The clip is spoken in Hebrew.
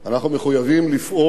אנחנו מחויבים לפעול